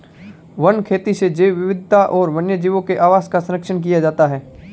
one खेती से जैव विविधता और वन्यजीवों के आवास का सरंक्षण किया जाता है